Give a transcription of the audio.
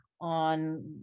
on